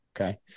okay